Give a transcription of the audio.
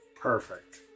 perfect